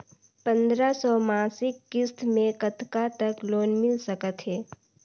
पंद्रह सौ मासिक किस्त मे कतका तक लोन मिल सकत हे?